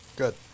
Good